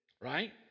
right